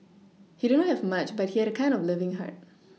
he did not have much but he had a kind and loving heart